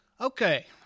Okay